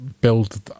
build